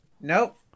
Nope